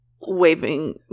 waving